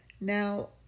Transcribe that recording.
Now